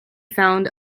found